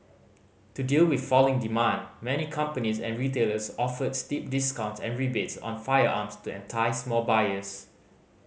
to deal with falling demand many companies and retailers offered steep discounts and rebates on firearms to entice more buyers